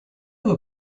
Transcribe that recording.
were